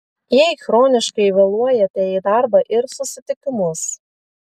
jei chroniškai vėluojate į darbą ir susitikimus